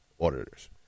auditors